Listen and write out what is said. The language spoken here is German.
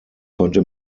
konnte